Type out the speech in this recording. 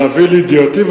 להביא לידיעתי,